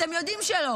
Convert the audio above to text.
אתם יודעים שלא.